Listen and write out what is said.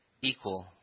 equal